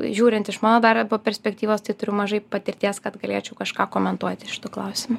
žiūrint iš mano darbo perspektyvos tai turiu mažai patirties kad galėčiau kažką komentuoti šitu klausimu